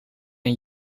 een